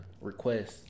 requests